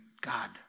God